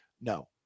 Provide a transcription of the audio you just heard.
No